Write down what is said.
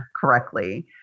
correctly